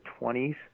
20s